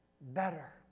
better